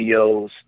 videos